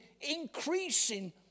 increasing